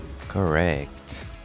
Correct